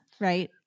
right